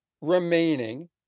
remaining